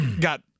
got